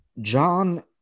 John